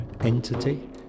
Entity